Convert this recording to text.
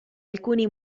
alcuni